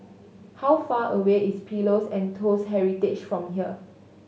how far away is Pillows and Toast Heritage from here